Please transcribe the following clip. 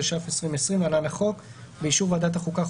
התש"ף-2020 (להלן החוק) ובאישור ועדת חוקה,